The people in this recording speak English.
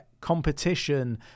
competition